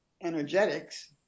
energetics